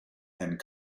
and